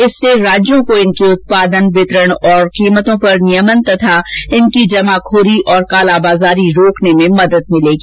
इससे राज्यों को इनके उत्पादन वितरण और कीमतों पर नियमन तथा इनकी जमाखोरी और कालाबाजारी रोकने में मदद मिलेगी